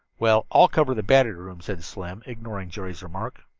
well, i'll cover the battery room, said slim, ignoring jerry's remark.